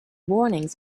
warnings